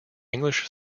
english